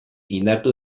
indartu